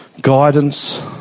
guidance